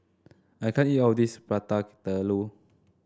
I can't eat all of this Prata Telur